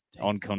on